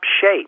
shape